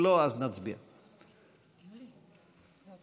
כפי שאמרתי, קיבלנו גם תוספת לסדר-היום, בהסכמה,